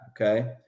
Okay